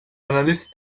analist